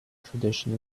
tradition